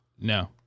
No